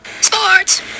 Sports